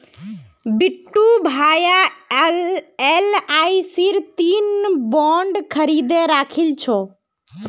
बिट्टू भाया एलआईसीर तीन बॉन्ड खरीदे राखिल छ